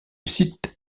site